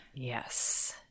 Yes